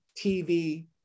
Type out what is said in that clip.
TV